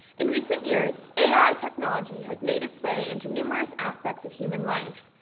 in recent years, ai technology has made its way into numerous aspects of human life.